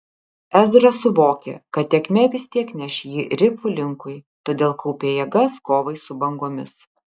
ezra suvokė kad tėkmė vis tiek neš jį rifų linkui todėl kaupė jėgas kovai su bangomis